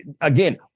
again